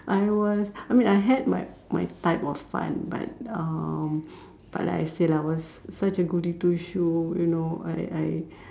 I was I mean I had my my type of fun but um but I said I was such a goody two shoe you know I I